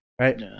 Right